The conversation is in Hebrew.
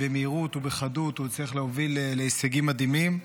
במהירות ובחדות הוא הצליח להוביל להישגים מדהימים.